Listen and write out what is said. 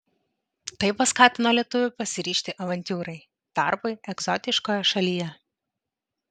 tai paskatino lietuvį pasiryžti avantiūrai darbui egzotiškoje šalyje